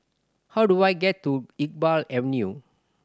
how do I get to Iqbal Avenue